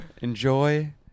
Enjoy